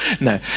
No